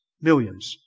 millions